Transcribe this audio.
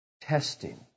Testing